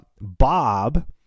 Bob